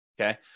Okay